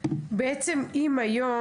אם היום,